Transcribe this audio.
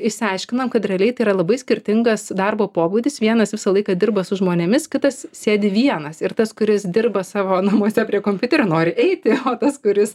išsiaiškinam kad realiai tai yra labai skirtingas darbo pobūdis vienas visą laiką dirba su žmonėmis kitas sėdi vienas ir tas kuris dirba savo namuose prie kompiuterio nori eiti o tas kuris